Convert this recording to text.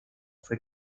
fue